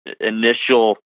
initial